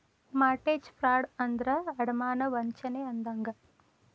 mortgage fraud ಅಂದ್ರ ಅಡಮಾನ ವಂಚನೆ ಅಂದಂಗ